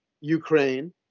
Ukraine